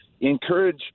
encourage